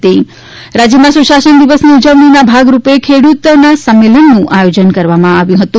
હતી રાજયમાં પણ ગઈકાલે સુશાસન દિવસની ઉજવણીના ભાગરૂપે ખેડૂતો ના સંમેલનોનુ આયોજન કરવામાં આવ્યુ હતુ